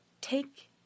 take